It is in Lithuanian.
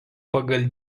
pagal